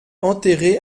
enterré